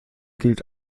gilt